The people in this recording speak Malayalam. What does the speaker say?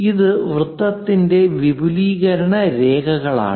ഇത് വൃത്തത്തിന്റെ വിപുലീകരണ രേഖകളാണ്